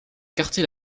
quartier